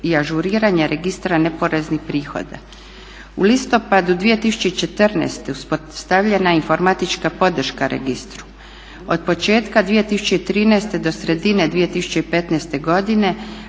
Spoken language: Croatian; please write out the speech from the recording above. i ažuriranje registra neporeznih prihoda. U listopadu 2014.uspostavljena je informatička podrška registru. Od početka 2013.do sredine 2015.godine